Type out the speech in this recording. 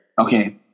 Okay